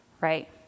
right